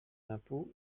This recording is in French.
d’impôt